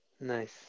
Nice